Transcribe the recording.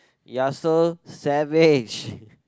you're so savage